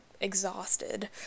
exhausted